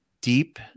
deep